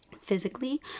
Physically